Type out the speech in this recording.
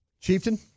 Chieftain